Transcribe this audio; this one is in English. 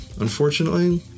Unfortunately